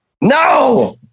No